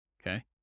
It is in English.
okay